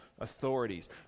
authorities